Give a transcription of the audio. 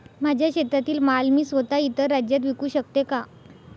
माझ्या शेतातील माल मी स्वत: इतर राज्यात विकू शकते का?